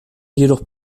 jedoch